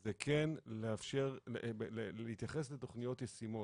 זה כן להתייחס לתכניות ישימות.